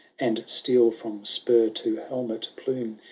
and steel from spur to helmet-plume.